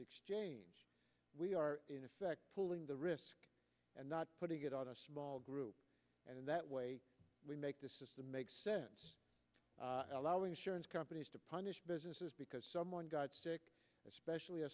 exchange we are in effect pulling the risk and not putting it on a small group and that way we make the system makes sense allowing insurance companies to punish businesses because someone got especially a